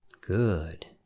Good